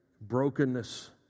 brokenness